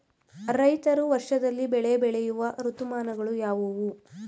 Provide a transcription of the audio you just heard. ರೈತರು ವರ್ಷದಲ್ಲಿ ಬೆಳೆ ಬೆಳೆಯುವ ಋತುಮಾನಗಳು ಯಾವುವು?